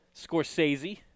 Scorsese